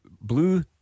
blue